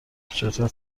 چطور